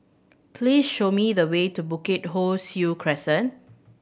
please show me the way to Bukit Ho Swee Crescent